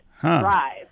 drive